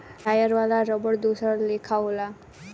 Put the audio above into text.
tyre वाला रबड़ दोसर लेखा होला